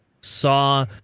saw